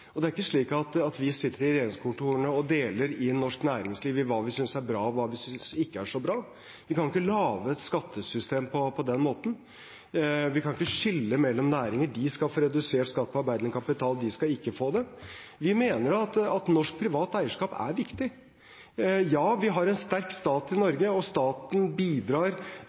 Det er ikke slik at vi sitter i regjeringskontorene og deler norsk næringsliv inn i hva vi synes er bra, og hva vi ikke synes er så bra. Vi kan ikke lage et skattesystem på den måten. Vi kan ikke skille mellom næringer – at noen skal få redusert skatt på arbeidende kapital, mens andre ikke skal få det. Vi mener at norsk privat eierskap er viktig. Ja, vi har en sterk stat i Norge. Staten bidrar